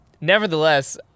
Nevertheless